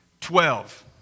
Twelve